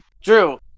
Drew